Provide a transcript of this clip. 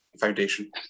foundation